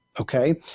okay